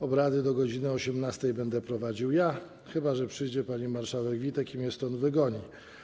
Obrady do godz. 18 będę prowadził ja, chyba że przyjdzie pani marszałek Witek i mnie stąd wygoni.